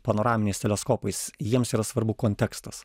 panoraminiais teleskopais jiems yra svarbu kontekstas